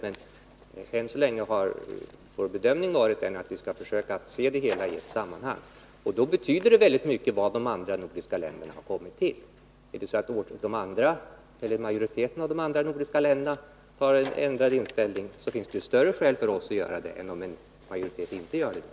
Men än så länge har vår bedömning varit den att vi bör försöka se det hela i ett sammanhang. Då betyder det också väldigt mycket vad de andra nordiska länderna kommer fram till. Har majoriteten av de andra nordiska länderna en annan inställning, finns det ju så mycket större skäl för oss att ta hänsyn härtill än om så inte är fallet.